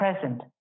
present